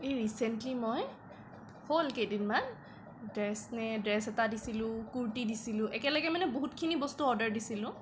এই ৰিচেণ্টলি মই হ'ল কেইদিনমান ড্ৰেছ নে ড্ৰেছ এটা দিছিলোঁ কুৰ্তি দিছিলোঁ একেলগে মানে বহুতখিনি বস্তু অৰ্ডাৰ দিছিলোঁ